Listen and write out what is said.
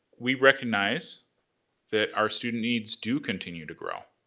we recognize that our students needs do continue to grow.